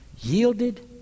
yielded